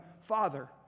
Father